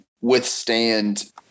withstand